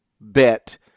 bet